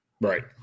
Right